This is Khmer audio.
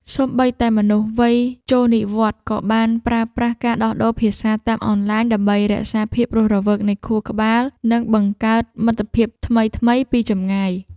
សូម្បីតែមនុស្សវ័យចូលនិវត្តន៍ ក៏បានប្រើប្រាស់ការដោះដូរភាសាតាមអនឡាញដើម្បីរក្សាភាពរស់រវើកនៃខួរក្បាល និងបង្កើតមិត្តភាពថ្មីៗពីចម្ងាយ។